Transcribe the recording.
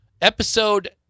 Episode